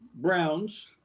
Browns